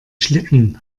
schlitten